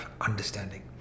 understanding